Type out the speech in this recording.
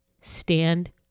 Stand